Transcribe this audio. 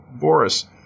Boris